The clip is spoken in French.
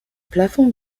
plafond